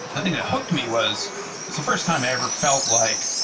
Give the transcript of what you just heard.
the thing that hooked me was it's the first time i ever felt like,